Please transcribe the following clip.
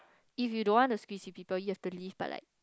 if you don't want to squeeze with people you have to leave by like